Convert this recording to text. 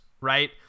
right